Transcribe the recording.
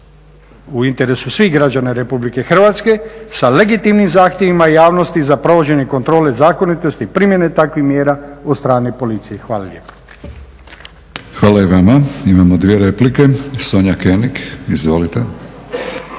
u interesu svih građana RH sa legitimnim zahtjevima javnosti za provođenje kontrole zakonitosti i primjene takvih mjera od strane policije. Hvala lijepa. **Batinić, Milorad (HNS)** Hvala i vama. Imamo dvije replike. Sonja König. Izvolite.